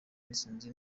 n’itsinda